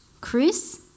Chris